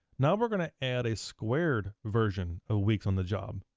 now we're gonna add a squared version of weeks on the job.